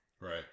Right